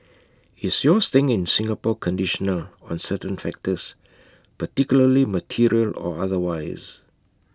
is your staying in Singapore conditional on certain factors particularly material or otherwise